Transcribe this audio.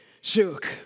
Shook